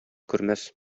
күрмәс